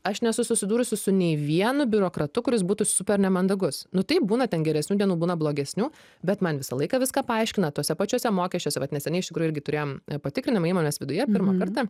aš nesu susidūrusi su nei vienu biurokratu kuris būtų super nemandagus nu taip būna ten geresnių dienų būna blogesnių bet man visą laiką viską paaiškina tuose pačiuose mokesčiuose vat neseniai irgi turėjom patikrinimą įmonės viduje pirmą kartą